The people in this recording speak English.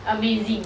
amazing